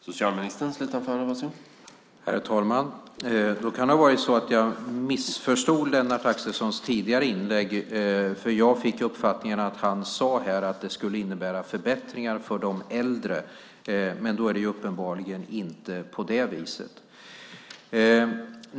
Herr talman! Det kan ha varit så att jag missförstod Lennart Axelssons tidigare inlägg. Jag fick nämligen uppfattningen att han sade att det skulle innebära förbättringar för de äldre, men då är det uppenbarligen inte på det viset.